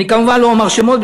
אני כמובן לא אומר שמות,